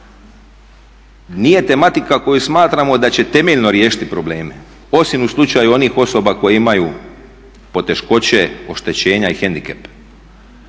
nije tematika koju smatramo da će temeljno riješiti probleme, osim u slučaju onih osoba koje imaju poteškoće, oštećenja i hendikep.